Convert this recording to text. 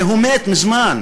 הרי הוא מת מזמן.